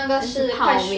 那是泡面